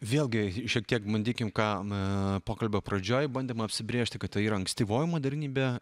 vėlgi šiek tiek bandykim ką na pokalbio pradžioj bandėm apsibrėžti kad tai yra ankstyvoji modernybė